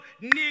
need